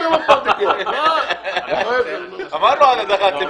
עוד פעם ויכוח.